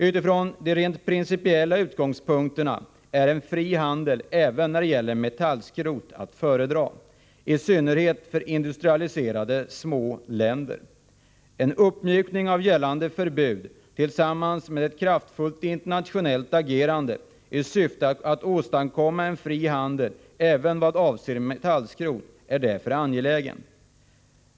Utifrån de rent principiella utgångspunkterna är en fri handel även när det gäller metallskrot att föredra, i synnerhet för industrialiserade små länder. En uppmjukning av gällande förbud tillsammans med ett kraftfullt internationellt agerande i syfte att åstadkomma en fri handel även vad avser metallskrot är därför angelägen.